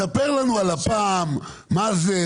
ספר לנו על לפ"ם, מה זה?